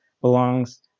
belongs